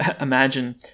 imagine